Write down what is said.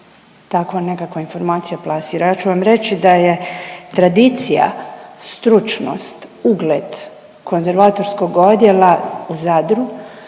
takva nekakva informacija plasira. Ja ću vam reći da je tradicija, stručnost, ugled konzervatorskog odjela u Zadru